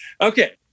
okay